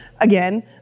Again